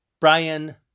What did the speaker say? Brian